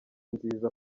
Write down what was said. nziza